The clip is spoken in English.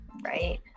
Right